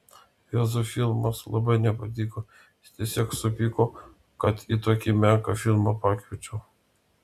juozui filmas labai nepatiko jis tiesiog supyko kad į tokį menką filmą pakviečiau